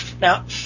now